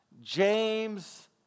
James